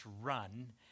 run